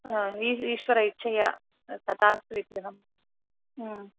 हा ई ईश्वर इच्छया तथास्तु इत्यहं